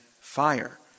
fire